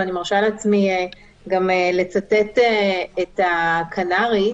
ואני מרשה לעצמי גם לצטט את הכנ"רית,